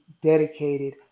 dedicated